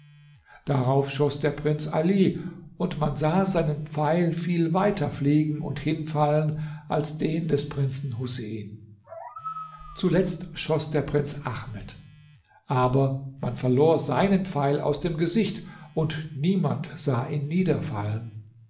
darauf schoß der prinz ali und man sah seinen pfeil viel weiter fliegen und hinfallen als den des prinzen husein zuletzt schoß der prinz ahmed aber man verlor seinen pfeil aus dem gesicht und niemand sah ihn niederfallen